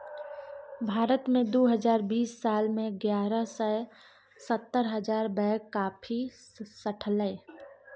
भारत मे दु हजार बीस साल मे एगारह सय सत्तर हजार बैग कॉफी सठलै